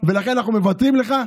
ולכן אנחנו מוותרים לך.